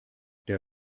der